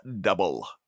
double